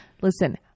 Listen